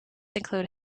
include